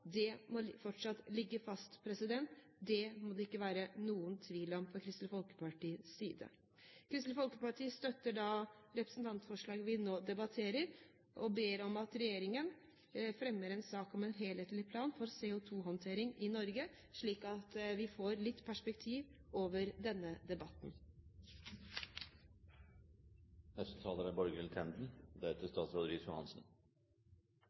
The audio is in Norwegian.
Mongstad må fortsatt ligge fast. Det må det ikke være noen tvil om, mener Kristelig Folkeparti. Kristelig Folkeparti støtter representantforslaget vi nå debatterer, og ber om at regjeringen fremmer en sak om en helhetlig plan for CO2-håndtering i Norge, slik at vi får litt perspektiv over denne